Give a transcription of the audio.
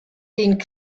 den